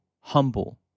humble